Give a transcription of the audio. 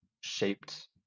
shaped